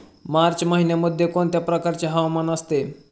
मार्च महिन्यामध्ये कोणत्या प्रकारचे हवामान असते?